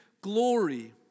glory